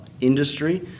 industry